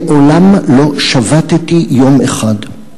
מעולם לא שבתתי, יום אחד.